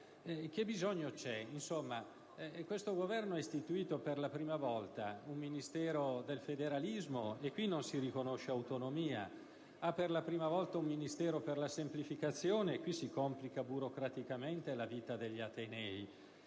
Che bisogno c'è? Insomma, questo Governo ha istituito per la prima volta un Ministero del federalismo, e qui non si riconosce autonomia; ha per la prima volta un Ministero per la semplificazione, e qui si complica burocraticamente la vita degli atenei.